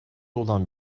olan